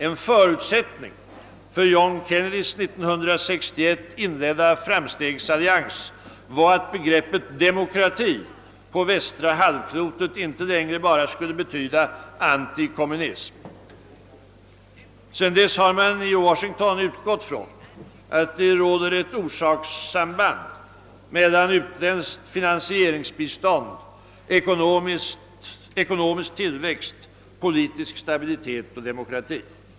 En förutsättning för John Kennedys 1961 inledda framstegsallians var att begreppet demokrati på västra halvklotet inte längre bara skulle betyda antikommunism. Sedan dess har man i Washington utgått från att det råder ett orsaksförhållande mellan utländskt finanseringsbistånd, ekonomisk tillväxt, politisk stabilitet och demokrati.